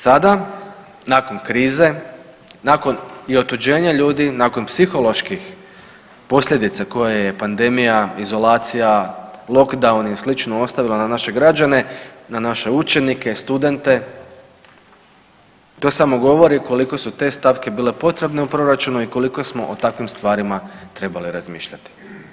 Sada nakon krize, nakon i otuđenja ljudi, nakon psiholoških posljedica koje je pandemija, izolacija, lockdown i slično ostavila na naše građane, na naše učenike, studente to samo govori koliko su te stavke bile potrebne u proračunu i koliko smo o takvim stvarima trebali razmišljati.